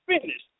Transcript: finished